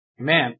Amen